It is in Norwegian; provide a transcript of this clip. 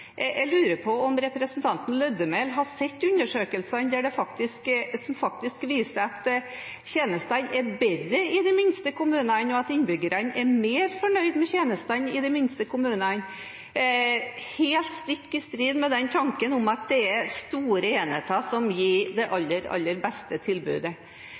Jeg lurer på om representanten Lødemel har sett undersøkelsene som viser at tjenestene faktisk er bedre i de minste kommunene, og at innbyggerne er mer fornøyd med tjenestene i de minste kommunene – helt stikk i strid med tanken om at det er store enheter som gir det aller, aller beste tilbudet.